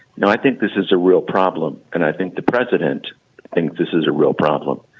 now, i think this is a real problem, and i think the president thinks this is a real problem.